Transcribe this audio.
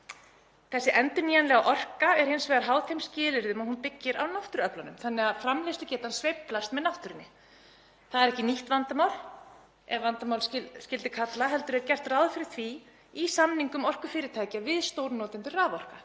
Þessi endurnýjanlega orka er hins vegar háð þeim skilyrðum að hún byggist á náttúruöflunum þannig að framleiðslugetan sveiflast með náttúrunni. Það er ekki nýtt vandamál, ef vandamál skyldi kalla, heldur er gert ráð fyrir því í samningum orkufyrirtækja við stórnotendur raforku.